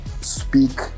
speak